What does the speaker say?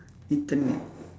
internet